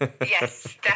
Yes